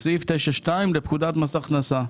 זה סעיף 9(2) לפקודת מס הכנסה.